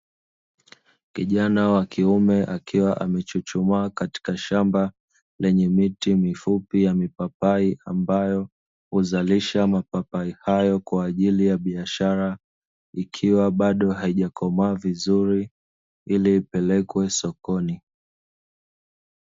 Kijana wa kiume akiwa amechuchumaa katika shamba lenye miti mifupi ya mipapai ambayo huzalisha mapapai hayo kwa ajili ya biashara, ikiwa bado haijakomaa vizuri ili ipelekwa sokoni.